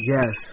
Yes